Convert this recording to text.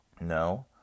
No